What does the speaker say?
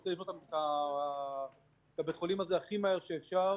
רוצה לבנות את בית החולים הזה הכי מהר שאפשר.